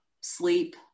sleep